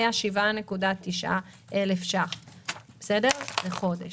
היה 7,900 ש"ח לחודש.